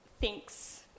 thinks